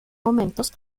momentos